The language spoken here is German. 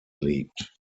liegt